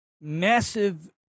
massive